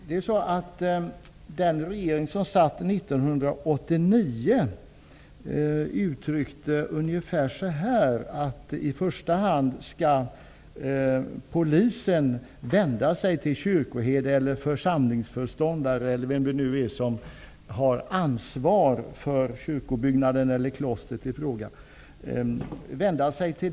Fru talman! Den regering som satt 1989 uttryckte att polisen i första hand skall vända sig till kyrkoherde, församlingsföreståndare eller den person som har ansvar för kyrkobyggnaden eller klostret i fråga.